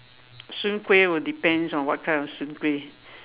soon-kueh will depends on what kind of soon-kueh